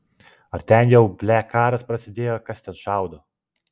ar ten jau ble karas prasidėjo kas ten šaudo